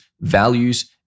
values